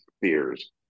fears